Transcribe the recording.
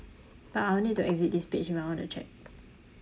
but I'll need to exit this page if I want to check